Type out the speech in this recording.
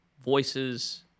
voices